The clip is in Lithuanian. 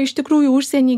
iš tikrųjų užsieny